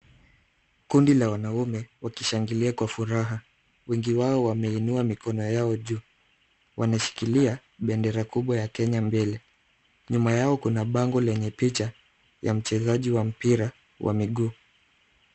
Kundi la wanaume wakishangilia kwa furaha, wengi wao wameinua mikono yao juu, wanashikilia bendera kubwa ya Kenya mbele, nyuma yao kuna bango lenye picha ya mchezaji wa mpira wa miguu.